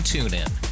TuneIn